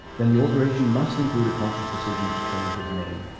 then the alteration must include a conscious decision to change his name.